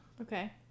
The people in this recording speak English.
Okay